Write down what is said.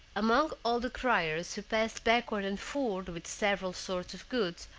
among all the criers who passed backward and forward with several sorts of goods,